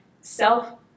self-